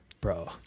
Bro